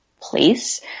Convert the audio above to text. place